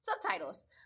subtitles